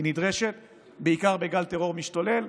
היא נדרשת בעיקר בגלל טרור משתולל,